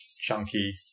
chunky